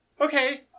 Okay